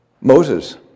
Moses